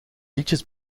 liedjes